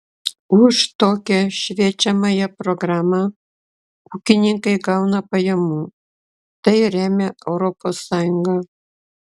už tokią šviečiamąją programą ūkininkai gauna pajamų tai remia europos sąjunga